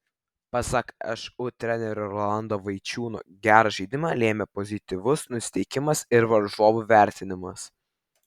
pasak šu trenerio rolando vaičiūno gerą žaidimą lėmė pozityvus nusiteikimas ir varžovų vertinimas